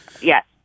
Yes